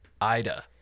Ida